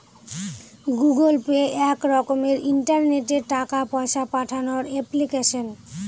Google Pay এক রকমের ইন্টারনেটে টাকা পয়সা পাঠানোর এপ্লিকেশন